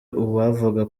uwavuga